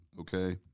okay